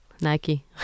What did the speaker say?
Nike